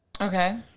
Okay